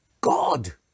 God